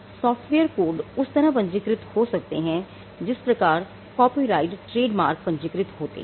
software code उस तरह पंजीकृत हो सकते हैं जिस प्रकार कॉपीराइट ट्रेडमार्क पंजीकृत होते हैं